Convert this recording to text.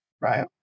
Right